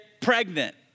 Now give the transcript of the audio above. pregnant